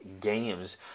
games